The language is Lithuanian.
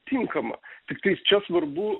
tinkama tiktais čia svarbu